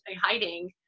hiding